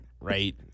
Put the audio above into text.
right